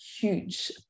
huge